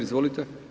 Izvolite.